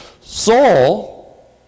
Saul